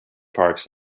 parks